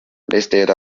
listed